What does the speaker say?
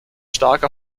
starker